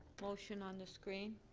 motion on the screen?